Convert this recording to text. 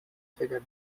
figure